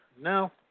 No